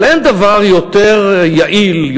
אבל אין דבר יותר יעיל,